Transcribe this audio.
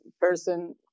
person